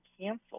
canceled